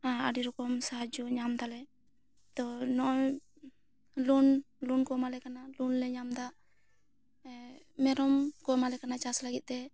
ᱟᱹᱰᱤ ᱨᱚᱠᱚᱢ ᱥᱟᱦᱟᱡᱚ ᱠᱚ ᱧᱟᱢ ᱮᱫᱟ ᱞᱮ ᱞᱳᱱ ᱞᱳᱱ ᱠᱚ ᱮᱢᱟ ᱞᱮ ᱠᱟᱱᱟ ᱞᱳᱱ ᱞᱮ ᱧᱟᱢ ᱮᱫᱟ ᱮ ᱢᱮᱨᱚᱢ ᱠᱚ ᱮᱢᱟ ᱞᱮ ᱠᱟᱱᱟ ᱪᱟᱥ ᱞᱟᱹᱜᱤᱫ ᱛᱮ